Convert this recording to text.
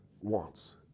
wants